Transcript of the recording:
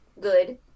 good